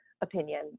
opinion